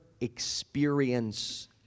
experience